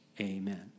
amen